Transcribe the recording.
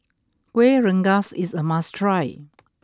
Kueh Rengas is a must try